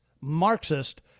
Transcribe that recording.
marxist